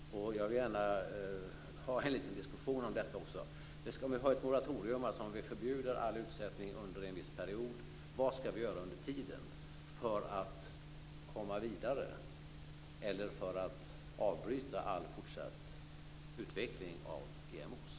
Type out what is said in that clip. Jag vill gärna ha en liten diskussion om detta. Vi skall väl ha ett moratorium alltså om vi förbjuder all utsättning under en viss period. Vad skall vi göra under tiden för att komma vidare eller för att avbryta all fortsatt utveckling av genmanipulerade organismer?